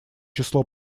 число